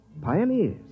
Pioneers